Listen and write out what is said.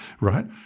right